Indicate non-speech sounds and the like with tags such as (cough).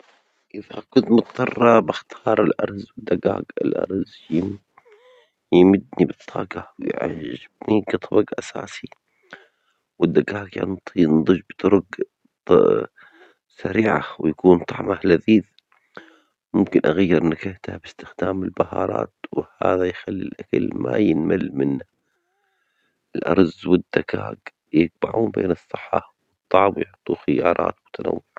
كيف أكون مضطر بختار الأرز والدجاج، الأرز يمدني بالطاجة يعجبني كطبج أساسي، و الدجاج ينضج بطرق (hesitation) سريعة ويكون طعمها لذيذ، ممكن أغير نكهتها باستخدام البهارات، وهذا يخلي الأكل ما ينمل منه، الأرز والدجاج يجمعوا بين الصحة والطعم يعطوا خيارات متنوعة.